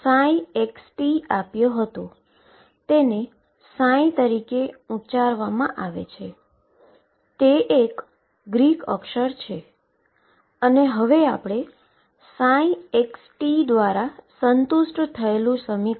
આપણે જોયું કે બાઉંડ્રી કન્ડીશન સાથે તે આપણને આઈગન ફંક્શન આપે છે તેથી હવે હું En ને સબસ્ક્રિપ્ટ તરીકે મૂકીશ